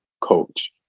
coach